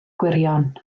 gwirion